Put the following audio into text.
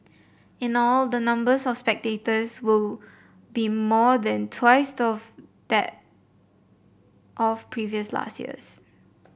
in all the numbers of spectators will be more than twice that of previous last years